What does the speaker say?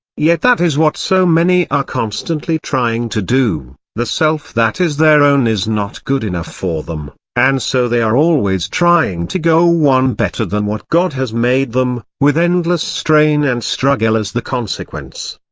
yet that is what so many are constantly trying to do the self that is their own is not good enough for them, and so they are always trying to go one better than what god has made them, with endless strain and struggle as the consequence.